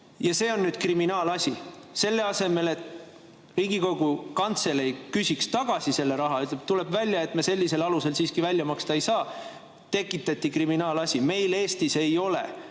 Aga see on nüüd kriminaalasi. Selle asemel, et Riigikogu Kantselei küsiks tagasi selle raha ja ütleks: "Tuleb välja, et me sellisel alusel siiski välja maksta ei saa," tekitati kriminaalasi. Meil Eestis ei ole